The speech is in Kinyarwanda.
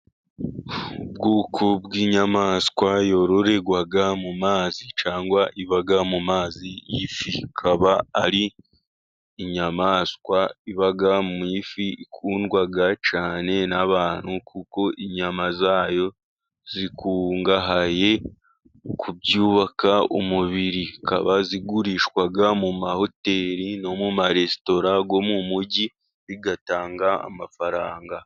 Ubwoko bw'inyamaswa yororerwa mu mazi cyangwa iba mu mazi ifi, ikaba ari inyamaswa iba mu ifi ikundwa cyane n'abantu kuko inyama zayo zikungahaye kubyubaka umubiri. Zikaba zigurishwa mu mahoteli no mu maresitora yo mu mugi bigatanga amafaranga.